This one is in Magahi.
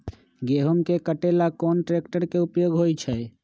गेंहू के कटे ला कोंन ट्रेक्टर के उपयोग होइ छई?